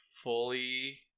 fully